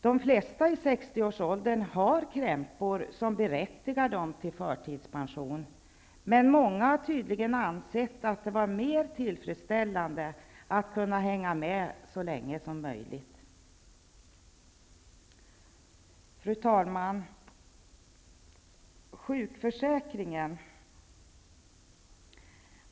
De flesta i 60-årsåldern har krämpor som berättigar dem till förtidspension, men många har tydligen ansett att det var mer tillfredsställande att kunna hänga med så länge som möjligt. Fru talman!